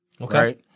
Okay